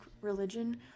religion